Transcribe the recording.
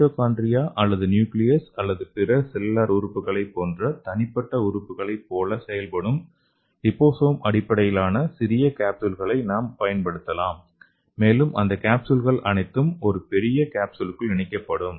mitochondria அல்லது nucleus அல்லது பிற செல்லுலார் உறுப்புகளைப் போன்ற தனிப்பட்ட உறுப்புகளைப் போல செயல்படும் லிபோசோம் அடிப்படையிலான சிறிய காப்ஸ்யூல்களை நாம் பயன்படுத்தலாம் மேலும் அந்த காப்ஸ்யூல்கள் அனைத்தும் ஒரு பெரிய காப்ஸ்யூலுக்குள் இணைக்கப்படும்